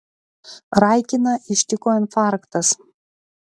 raikiną ištiko infarktas